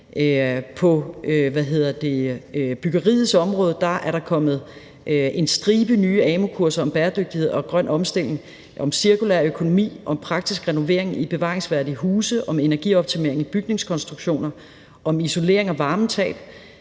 På byggeriets område er der kommet en stribe nye amu-kurser om bæredygtighed og grøn omstilling, om cirkulær økonomi, om praktisk renovering i bevaringsværdige huse, om energioptimering i bygningskonstruktioner, om isolering og varmetab,